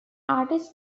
artist